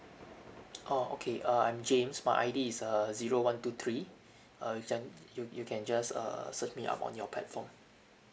oh okay uh I'm james my I_D is err zero one two three uh you can you you can just err search me up on your platform